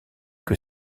que